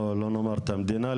לא לומר את המדינה,